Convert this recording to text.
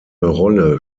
rolle